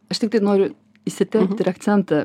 aš tiktai noriu įsiterpti ir akcentą